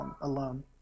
alone